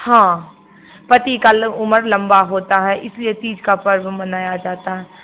हाँ पति का ल उमर लंबा होता है इसलिए तीज का पर्व मनाया जाता है